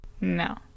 No